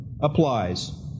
applies